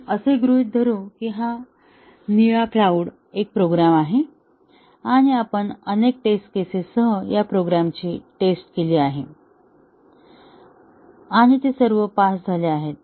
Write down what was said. आपण असे गृहीत धरू की हा निळा क्लाउड एक प्रोग्राम आहे आणि आपण अनेक टेस्ट केसेससह या प्रोग्रामची टेस्ट केली आहे आणि ते सर्व पास झाले आहेत